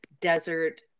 desert